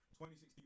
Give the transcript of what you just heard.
2016